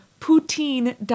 Poutine